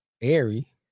Airy